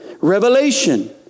revelation